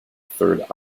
third